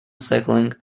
cycling